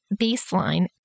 baseline